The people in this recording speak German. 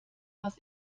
was